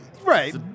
Right